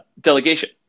delegation